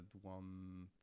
one